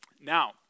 Now